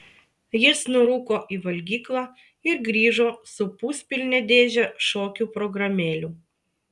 jis nurūko į valgyklą ir grįžo su puspilne dėže šokių programėlių